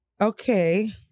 Okay